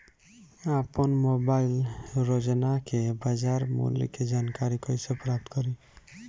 आपन मोबाइल रोजना के बाजार मुल्य के जानकारी कइसे प्राप्त करी?